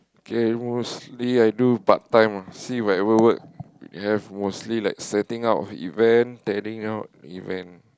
okay mostly I do part time ah see like whatever work have mostly like setting up of event tearing up event